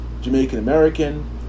Jamaican-American